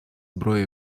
зброї